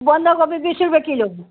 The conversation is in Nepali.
बन्दकोपी बिस रुप्पे किलो